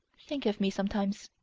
think of me sometimes.